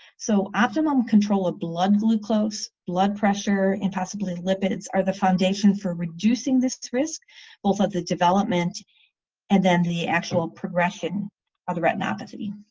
so optimum control of blood glucose, blood pressure, and possibly lipids are the foundation for reducing this risk both of the development and then the actual progression of the retinopathy.